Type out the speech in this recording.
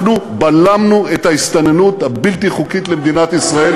אנחנו בלמנו את ההסתננות הבלתי-חוקית למדינת ישראל,